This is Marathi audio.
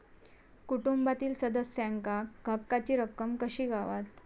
कुटुंबातील सदस्यांका हक्काची रक्कम कशी गावात?